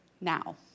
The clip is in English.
now